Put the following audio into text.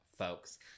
folks